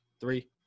three